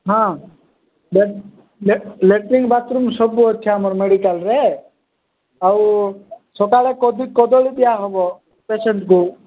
ହଁ latrine bathroom ସବୁ ଅଛି ଆମର ମେଡ଼ିକାଲ୍ରେ ଆଉ ସକାଳେ କଦି କଦଳୀ ଦିଆହବ ପେସେଣ୍ଟକୁ